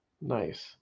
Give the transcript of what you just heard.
Nice